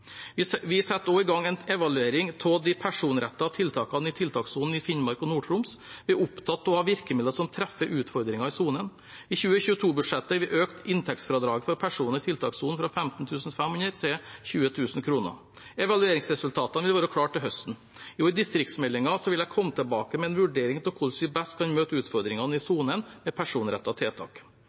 Vi setter også i gang en evaluering av de personrettede tiltakene i tiltakssonen i Finnmark og Nord-Troms. Vi er opptatt av å ha virkemidler som treffer utfordringene i sonen. I 2022-budsjettet har vi økt inntektsfradraget for personer i tiltakssonen fra 15 500 kr til 20 000 kr. Evalueringsresultatene vil være klare til høsten. I distriktsmeldingen vil jeg komme tilbake med en vurdering av hvordan vi best kan møte utfordringene i sonen med personretta tiltak.